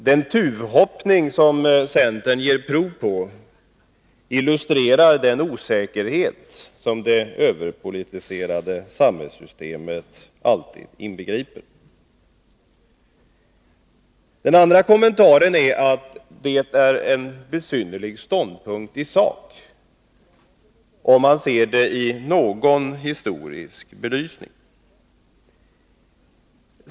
Den tuvhoppning som centern visar prov på illustrerar den osäkerhet som det överpolitiserade samhällssystemet alltid inbegriper. Den andra är att centermotionen i sak intar en besynnerlig ståndpunkt, om man ser det i historisk belysning.